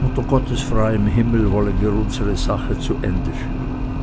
unter gottes freiem himmel wollen wir unsere sachen zu ende führen